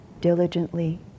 diligently